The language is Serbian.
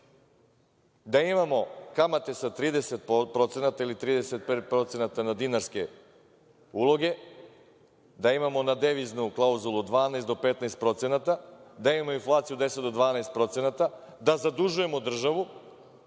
da imamo kamate sa 30% ili 35% na dinarske uloge, da imamo na deviznu klauzulu 12 do 15%, da imamo inflaciju 10 do 12%, da zadužujemo državu